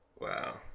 Wow